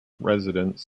residents